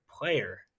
player